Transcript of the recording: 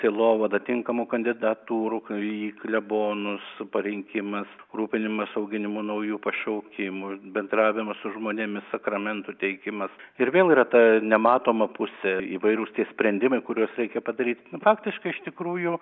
sielovada tinkamų kandidatūrų į klebonus parinkimas rūpinimas auginimu naujų pašaukimų bendravimas su žmonėmis sakramentų teikimas ir vėl yra ta nematoma pusė įvairūs tie sprendimai kuriuos reikia padaryt faktiškai iš tikrųjų